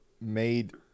made